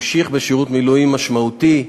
המשיך בשירות מילואים משמעותי,